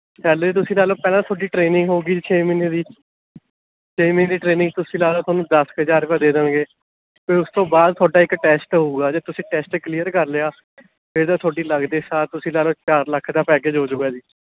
salary ਤੁਸੀ ਲੈ ਲਉ ਪਹਿਲਾ ਤੁਹਾਡੀ ਟਰੇਨਿੰਗ ਹੋਵੇਗੀ ਛੇ ਮਹੀਨੇ ਦੀ ਛੇ ਮਹੀਨੇ ਦੀ ਟਰੇਨਿੰਗ ਤੁਸੀਂ ਲਾ ਲਉ ਤੁਹਾਨੂੰ ਦਸ ਕੁ ਹਜ਼ਾਰ ਰੁਪਇਆ ਦੇ ਦੇਣਗੇ ਫਿਰ ਉਸ ਤੋਂ ਬਾਅਦ ਤੁਹਾਡਾ ਇੱਕ ਟੈਸਟ ਹੋਵੇਗਾ ਜੇ ਤੁਸੀਂ ਟੈਸਟ ਕਲੀਅਰ ਕਰ ਲਿਆ ਫਿਰ ਤਾਂ ਤੁਹਾਡੀ ਲੱਗਦੇ ਸਾਰ ਤੁਸੀਂ ਲਾ ਲਉ ਚਾਰ ਲੱਖ ਦਾ ਪੈਕੇਜ ਹੋ ਜਾਵੇਗਾ ਜੀ